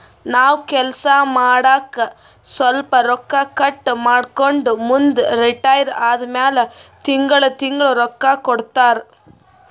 ನಾವ್ ಕೆಲ್ಸಾ ಮಾಡಾಗ ಸ್ವಲ್ಪ ರೊಕ್ಕಾ ಕಟ್ ಮಾಡ್ಕೊಂಡು ಮುಂದ ರಿಟೈರ್ ಆದಮ್ಯಾಲ ತಿಂಗಳಾ ತಿಂಗಳಾ ರೊಕ್ಕಾ ಕೊಡ್ತಾರ